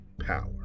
power